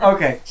Okay